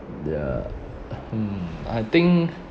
ya mm I think